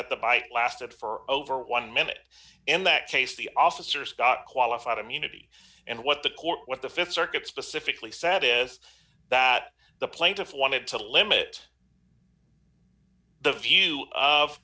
that the bite lasted for over one minute in that case the officer scott qualified immunity and what the court what the th circuit specifically said is that the plaintiff wanted to limit the view of